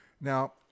now